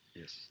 yes